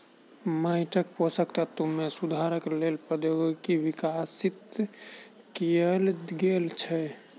माइटक पोषक तत्व मे सुधारक लेल प्रौद्योगिकी विकसित कयल गेल छै